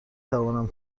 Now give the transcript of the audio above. توانم